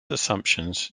assumptions